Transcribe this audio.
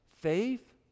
faith